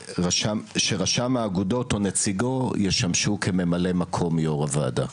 שרשם האגודות או נציגו ישמשו כממלא מקום יו"ר הוועדה.